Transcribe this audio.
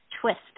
twist